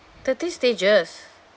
thirteen stages